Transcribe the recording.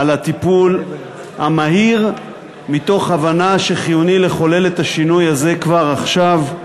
על הטיפול המהיר מתוך הבנה שחיוני לחולל את השינוי הזה כבר עכשיו,